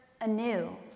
anew